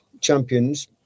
champions